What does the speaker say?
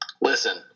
Listen